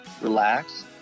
relax